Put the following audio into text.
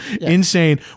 insane